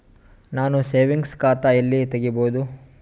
ನಾನು ಸೇವಿಂಗ್ಸ್ ಖಾತಾ ಎಲ್ಲಿ ತಗಿಬೋದು?